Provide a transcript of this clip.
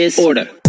order